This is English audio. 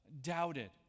doubted